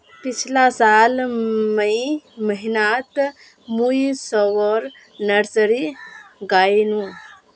पिछला साल मई महीनातमुई सबोर नर्सरी गायेनू